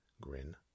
grin